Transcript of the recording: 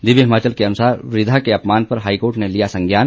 दिव्य हिमाचल के अनुसार वृद्धा के अपमान पर हाईकोर्ट ने लिया संज्ञान